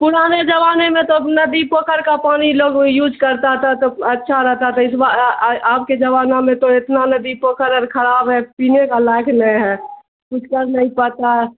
پرانے زمانے میں تو ندی پوکھر کا پانی لوگ یوج کرتا تھا تو اچھا رہتا تھا اس آپ کے زمانہ میں تو اتنا ندی پوکھر اور خراب ہے پینے کا لائق نہیں ہے کچھ کر نہیں پاتا ہے